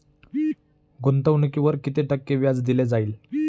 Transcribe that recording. गुंतवणुकीवर किती टक्के व्याज दिले जाईल?